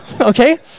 Okay